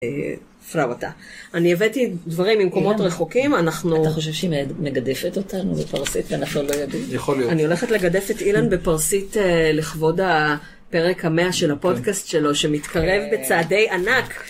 אני הבאתי דברים ממקומות רחוקים, אנחנו... אתה חושב שהיא מגדפת אותנו בפרסית ואנחנו לא יודעים? יכול להיות. אני הולכת לגדף את אילן בפרסית לכבוד הפרק המאה של הפודקאסט שלו שמתקרב בצעדי ענק.